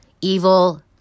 evil